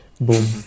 Boom